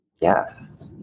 yes